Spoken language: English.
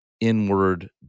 inward